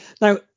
Now